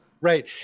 Right